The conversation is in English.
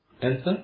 answer